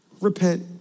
Repent